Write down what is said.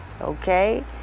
okay